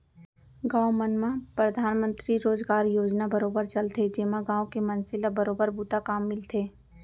गाँव मन म परधानमंतरी रोजगार योजना बरोबर चलथे जेमा गाँव के मनसे ल बरोबर बूता काम मिलथे